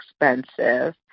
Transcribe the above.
expensive